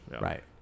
right